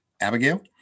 Abigail